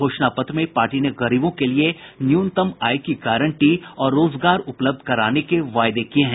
घोषणा पत्र में पार्टी ने गरीबों के लिए न्यूनतम आय की गारंटी और रोजगार उपलब्ध कराने के वायदे किए हैं